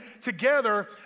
together